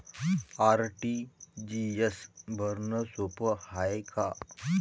RTGS भरनं सोप हाय का?